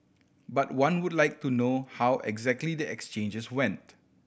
but one would like to know how exactly the exchanges went